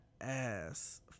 ass